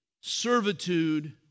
servitude